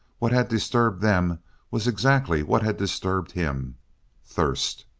what had disturbed them was exactly what had disturbed him thirst.